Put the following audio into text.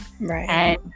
right